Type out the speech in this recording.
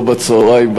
לא בצהריים,